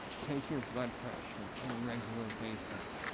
take your blood pressure on a regular basis.